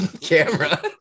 camera